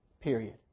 period